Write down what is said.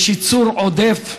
יש ייצור עודף.